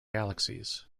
galaxies